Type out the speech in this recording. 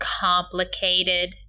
complicated